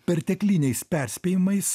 pertekliniais perspėjimais